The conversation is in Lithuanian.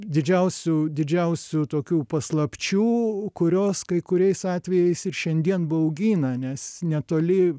didžiausių didžiausių tokių paslapčių kurios kai kuriais atvejais ir šiandien baugina nes netoli